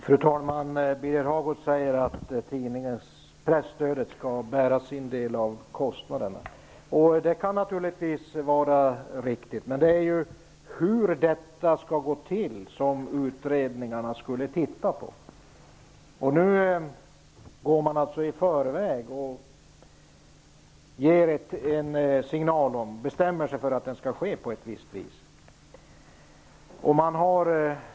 Fru talman! Birger Hagård sade att presstödet skall bära sin del av kostnaderna. Det kan naturligtvis vara riktigt, men det var hur det skall gå till som utredningarna skulle titta närmare på. Men nu går man i förväg och bestämmer att det skall göras på ett visst sätt.